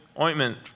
ointment